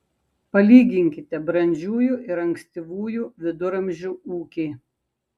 palyginkite brandžiųjų ir ankstyvųjų viduramžių ūkį